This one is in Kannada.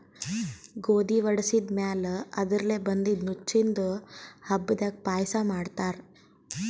ಗೋಧಿ ವಡಿಸಿದ್ ಮ್ಯಾಲ್ ಅದರ್ಲೆ ಬಂದಿದ್ದ ನುಚ್ಚಿಂದು ಹಬ್ಬದಾಗ್ ಪಾಯಸ ಮಾಡ್ತಾರ್